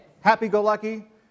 Happy-go-lucky